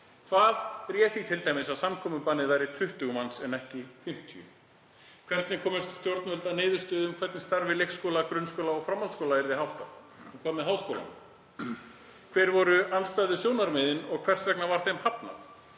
Hvað réð því t.d. að samkomubannið miðaðist við 20 manns en ekki 50? Hvernig komust stjórnvöld að niðurstöðu um hvernig starfi leikskóla, grunnskóla og framhaldsskóla yrði háttað? Hvað með háskólann? Hver voru andstæðu sjónarmiðin og hvers vegna var þeim hafnað?